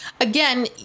again